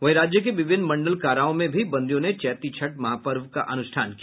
वहीं राज्य के विभिन्न मंडल काराओं में भी बंदियों ने चैती छठ महापर्व का अनुष्ठान किया